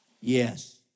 yes